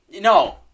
No